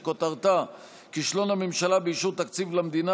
שכותרתה: כישלון הממשלה באישור תקציב למדינה